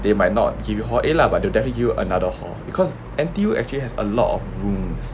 they might not give you hall A lah but they will definitely give you another hall because N_T_U actually has a lot of rooms